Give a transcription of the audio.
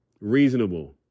reasonable